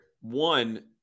one